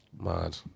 Mad